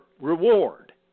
reward